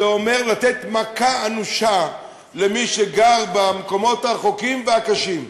זה אומר לתת מכה אנושה למי שגר במקומות הרחוקים והקשים.